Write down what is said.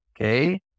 okay